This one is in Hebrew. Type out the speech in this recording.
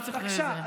סליחה,